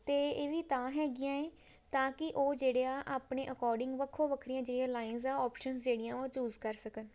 ਅਤੇ ਇਹ ਵੀ ਤਾਂ ਹੈਗੀਆਂ ਹੈ ਤਾਂ ਕਿ ਉਹ ਜਿਹੜੇ ਆ ਆਪਣੇ ਅਕੋਰਡਿੰਗ ਵੱਖੋ ਵੱਖਰੀਆਂ ਜਿਹੜੀਆਂ ਲਾਈਨਸ ਆ ਅੋਪਸ਼ਨਸ ਜਿਹੜੀਆਂ ਉਹ ਚੂਜ਼ ਕਰ ਸਕਣ